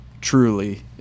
Truly